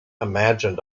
imagined